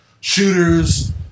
shooters